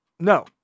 No